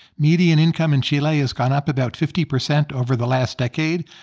median income in chile has gone up about fifty percent over the last decade.